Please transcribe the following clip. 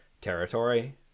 territory